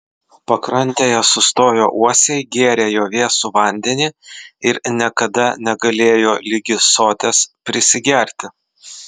pakrantėje sustoję uosiai gėrė jo vėsų vandenį ir niekada negalėjo ligi soties prisigerti